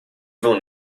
evil